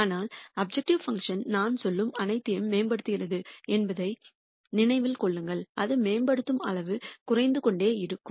ஆனால் objective function நான் சொல்லும் அனைத்தையும் மேம்படுத்துகிறது என்பதை நினைவில் கொள்ளுங்கள் அது மேம்படுத்தும் அளவு குறைந்து கொண்டே இருக்கும்